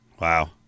Wow